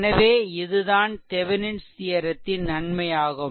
எனவே இது தான் தெவெனின்ஸ் தியெரெத்தின்Thevenin's theorem நன்மையாகும்